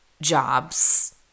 jobs